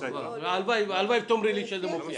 הלוואי ותאמרי לי שזה מופיע.